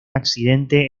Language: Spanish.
accidente